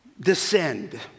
descend